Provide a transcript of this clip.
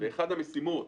אחת המשימות